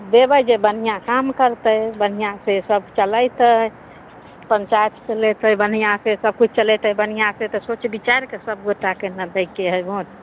देबै जे बढ़िआँ काम करतै बढ़िआँसँ सब चलेतै पञ्चायत चलेतै बढ़िआँसँ सबकिछु चलेतै बढ़िआँसँ तऽ सोच विचारिके सबगोटाके ने दैके हए वोट